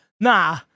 Nah